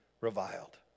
reviled